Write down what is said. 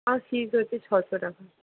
আমার ফিজ হচ্ছে ছশো টাকা